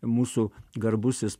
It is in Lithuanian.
mūsų garbusis